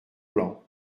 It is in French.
plan